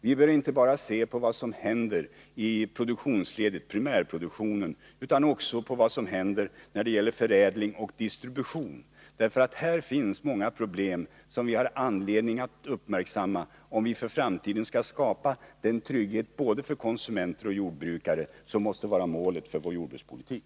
Vi skall inte se bara på vad som händer i fråga om primärproduktionen utan också på vad som händer när det gäller förädling och distribution. Här finns många problem som vi har anledning att uppmärksamma, om vi för framtiden skall kunna skapa den trygghet både för konsumenter och för jordbrukare som måste vara målet för vår jordbrukspolitik.